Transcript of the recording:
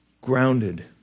grounded